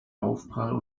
aufprall